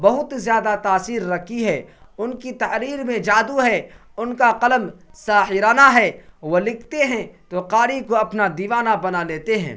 بہت زیادہ تاثیر رکھی ہے ان کی تحریر میں جادو ہے ان کا قلم ساحرانہ ہے وہ لکھتے ہیں تو قاری کو اپنا دیوانہ بنا لیتے ہیں